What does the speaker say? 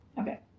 Okay